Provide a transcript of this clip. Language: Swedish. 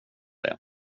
det